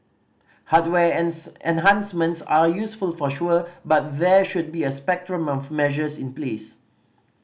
hardware enhancements are useful for sure but there should be a spectrum of measures in place